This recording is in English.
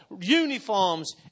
uniforms